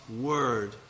word